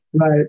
Right